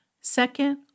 Second